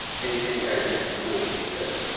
hay tank ay ban a fool, he said.